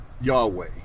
Yahweh